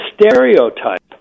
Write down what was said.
stereotype